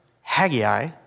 Haggai